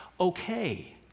okay